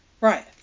right